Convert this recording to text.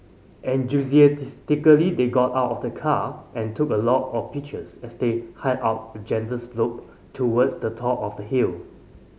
they got out of the car and took a lot of pictures as they hiked up a gentle slope towards the top of the hill